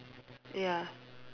ya